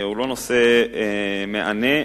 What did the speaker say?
הוא לא נושא מהנה.